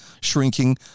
shrinking